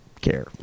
care